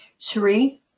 Sheree